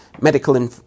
Medical